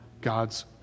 God's